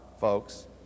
folks